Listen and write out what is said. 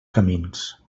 camins